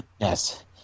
Yes